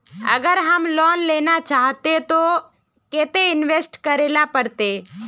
अगर हम लोन लेना चाहते तो केते इंवेस्ट करेला पड़ते?